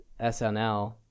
SNL